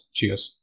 Cheers